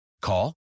Call